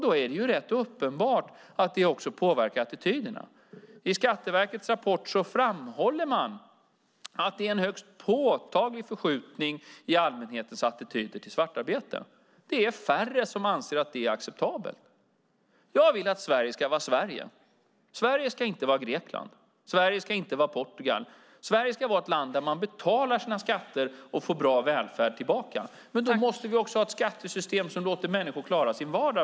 Då är det rätt uppenbart att det också påverkar attityderna. I Skatteverkets rapport framhåller man att det är en högst påtaglig förskjutning i allmänhetens attityder till svartarbete. Det är färre som anser att det är acceptabelt. Jag vill att Sverige ska vara Sverige. Sverige ska inte vara Grekland. Sverige ska inte vara Portugal. Sverige ska vara ett land där man betalar sina skatter och får bra välfärd tillbaka. Men då måste vi också ha ett skattesystem som låter människor klara sin vardag.